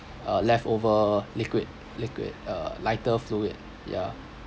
uh leftover liquid liquid uh lighter fluid ya